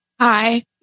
Hi